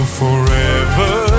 forever